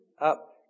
up